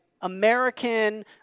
American